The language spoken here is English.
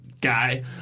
guy